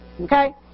Okay